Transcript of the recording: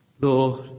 Lord